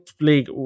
league